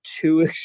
two